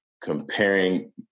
comparing